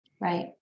Right